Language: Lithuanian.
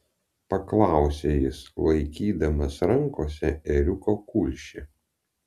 paklausė jis laikydamas rankose ėriuko kulšį